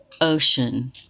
ocean